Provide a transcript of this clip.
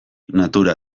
natura